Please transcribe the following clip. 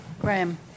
Graham